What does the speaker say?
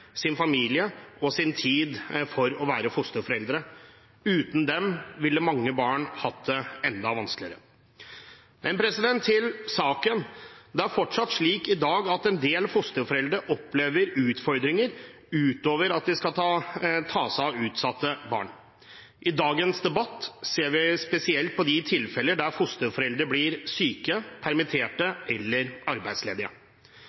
sin familie og sin tid for å være fosterforeldre. Uten dem ville mange barn hatt det enda vanskeligere. Til saken: Det er fortsatt slik i dag at en del fosterforeldre opplever utfordringer utover at de skal ta seg av utsatte barn. I dagens debatt ser vi spesielt på de tilfeller der fosterforeldre blir syke,